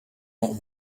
not